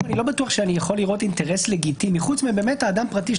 אני לא בטוח שאני יכול לראות אינטרס לגיטימי חוץ מאדם פרטי,